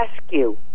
rescue